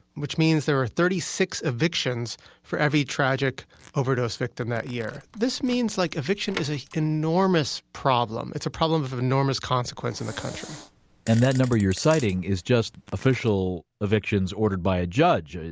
which means there are thirty six evictions for every tragic overdose victim that year. this means like eviction is an enormous problem. it's a problem of of enormous consequence in the country and that number you're citing is just official evictions ordered by a judge.